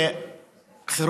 לא יצא לי לדבר כשאת על הבמה.